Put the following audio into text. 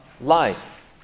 life